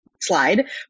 Slide